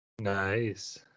Nice